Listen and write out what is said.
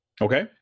okay